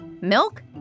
milk